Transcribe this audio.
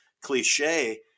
cliche